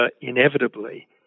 inevitably